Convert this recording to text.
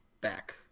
back